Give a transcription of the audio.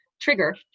trigger